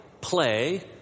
play